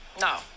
No